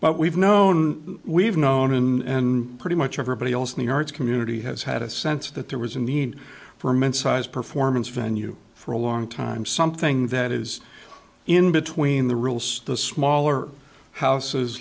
but we've known we've known and pretty much everybody else in the arts community has had a sense that there was a need for mid sized performance venue for a long time something that is in between the rules the smaller houses